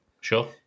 Sure